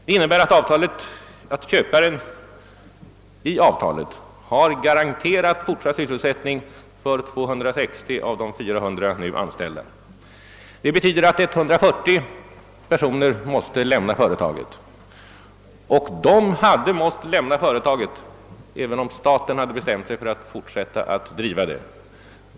Detta har medfört att köparen i avtalet har garanterat fortsatt sysselsättning för 260 av de 400 nu anställda. 140 personer måste alltså lämna företaget — och det hade de måst söra även om staten bestämt sig för att fortsätta driften.